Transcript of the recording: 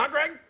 um greg?